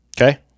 Okay